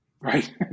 Right